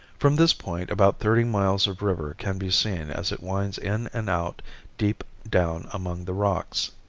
from this point about thirty miles of river can be seen as it winds in and out deep down among the rocks.